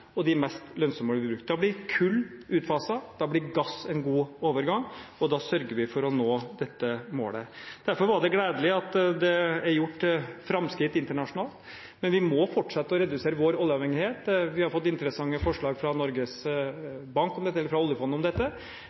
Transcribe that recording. og de mest lønnsomme bli brukt. Da blir kull utfaset, da blir gass en god overgang, og da sørger vi for å nå dette målet. Derfor er det gledelig at det er gjort framskritt internasjonalt, men vi må fortsette å redusere vår oljeavhengighet. Vi har fått interessante forslag fra oljefondet om dette.